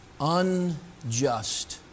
Unjust